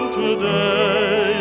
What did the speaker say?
today